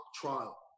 trial